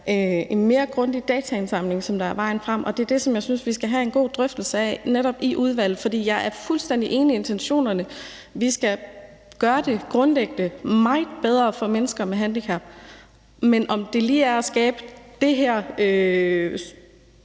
en mere grundig dataindsamling, der er vejen frem, og det er det, som jeg synes vi skal have en god drøftelse af i netop udvalget. Jeg er fuldstændig enig i intentionerne. Vi skal gøre det grundlæggende meget bedre for mennesker med handicap, men om det lige er at skabe det her